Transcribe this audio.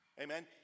Amen